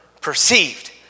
perceived